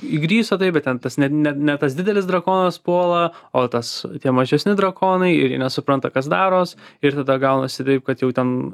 įgriso taip bet ten tas net ne ne tas didelis drakonas puola o tas tie mažesni drakonai ir jie nesupranta kas daros ir tada gaunasi taip kad jau ten